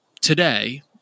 today